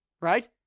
right